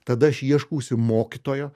tada aš ieškausi mokytojo